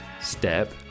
step